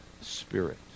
Spirit